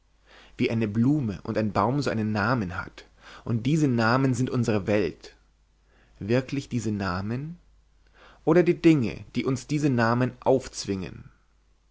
wie eine blume und ein baum so seinen namen hat und diese namen sind unsere welt wirklich diese namen oder die dinge die uns diese namen aufzwingen